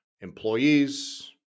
employees